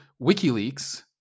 WikiLeaks